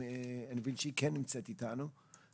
אני מבין שהיא כן נמצאת איתנו.